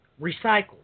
recycled